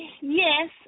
Yes